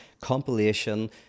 compilation